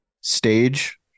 stage